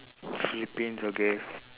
philippines okay